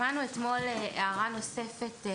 שמענו אתמול הערה נוספת.